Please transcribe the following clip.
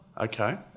Okay